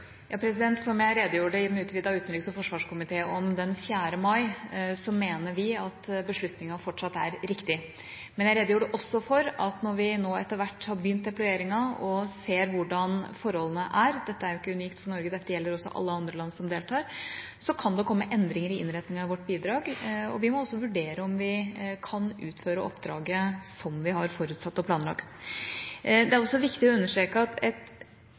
Som jeg redegjorde for i den utvidede utenriks- og forsvarskomité den 4. mai, mener vi at beslutningen fortsatt er riktig. Men jeg redegjorde også for at når vi nå etter hvert har begynt deployeringen og ser hvordan forholdene er – dette er jo ikke unikt for Norge, dette gjelder også alle andre land som deltar – kan det komme endringer i innretningen av vårt bidrag, og vi må også vurdere om vi kan utføre oppdraget som vi har forutsatt og planlagt. Det er også viktig å understreke at et